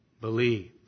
believe